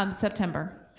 um september,